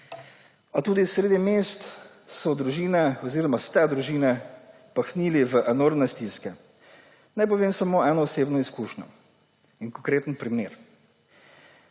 A tudi sredi mest ste družine pahnili v enormne stiske. Naj povem samo eno osebno izkušnjo, en konkreten primer.